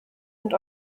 und